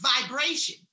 vibration